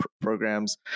programs